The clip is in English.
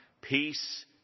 Peace